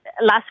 last